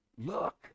Look